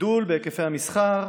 גידול בהיקפי המסחר,